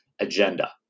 agenda